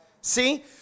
See